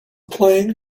playing